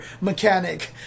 mechanic